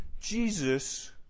Jesus